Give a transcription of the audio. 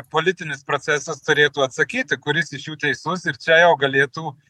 politinis procesas turėtų atsakyti kuris iš jų teisus ir čia jau galėtų